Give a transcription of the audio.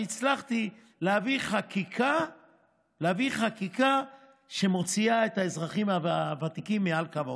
שהצלחתי להביא חקיקה שמוציאה את האזרחים הוותיקים מעל קו העוני.